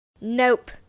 Nope